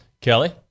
Kelly